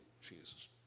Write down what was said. Jesus